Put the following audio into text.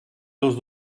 els